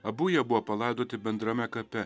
abu jie buvo palaidoti bendrame kape